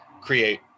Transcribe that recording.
create